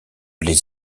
les